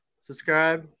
subscribe